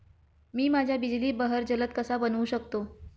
मी माझ्या बिजली बहर जलद कसा बनवू शकतो?